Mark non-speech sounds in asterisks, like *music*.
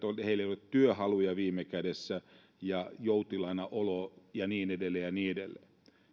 *unintelligible* ole työhaluja viime kädessä ja he ovat joutilaana ja niin edelleen ja niin edelleen